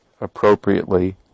appropriately